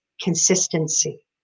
consistency